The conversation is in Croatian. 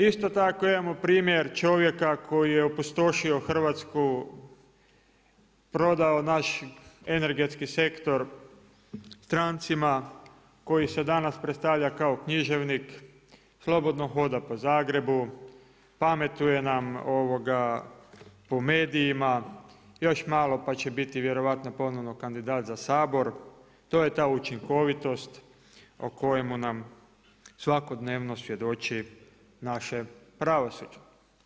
Isto tako imamo primjer čovjeka koji je opustošio Hrvatsku, prodao naš energetski sektor strancima koji se danas predstavlja kao književnik, slobodno hoda po Zagrebu, pametuje nam po medijima, još malo pa će biti vjerojatno ponovno kandidat za Sabor, to je ta učinkovitost o kojemu nam svakodnevno svjedoči naše pravosuđe.